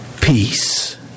peace